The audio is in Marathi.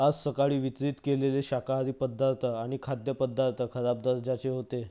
आज सकाळी वितरित केलेले शाकाहारी पदार्थ आणि खाद्यपदार्थ खराब दर्जाचे होते